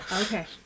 okay